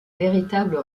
véritable